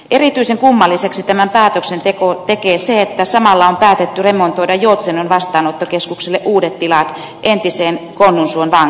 erityisen kummalliseksi tämän päätöksen tekee se että samalla on päätetty remontoida joutsenon vastaanottokeskukselle uudet tilat entiseen konnunsuon vankilaan